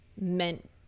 meant